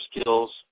skills